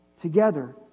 Together